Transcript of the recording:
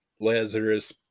Lazarus